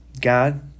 God